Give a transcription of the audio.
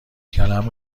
کلم